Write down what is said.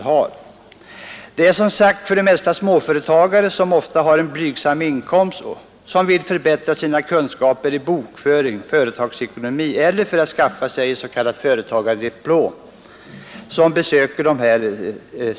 De som besöker dessa centralt anordnade kurser är som sagt för det mesta småföretagare, ofta med blygsam inkomst, som vill förbättra sina kunskaper i bokföring och företagsekonomi eller skaffa sig s.k. företagardiplom.